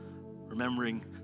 remembering